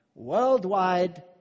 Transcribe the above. Worldwide